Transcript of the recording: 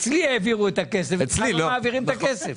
אצלי העבירו את הכסף ואצלך לא מעבירים את הכסף.